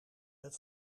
het